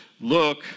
Look